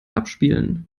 abspielen